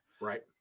Right